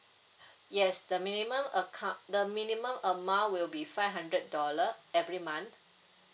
yes the minimum account the minimum amount will be five hundred dollar every month